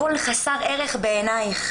הכול חסר ערך בעינייך.